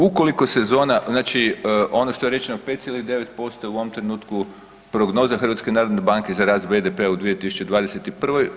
Ukoliko sezona, znači ono što je rečeno 5,9% je u ovom trenutku prognoza HNB-a za rast BDP u 2021.